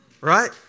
right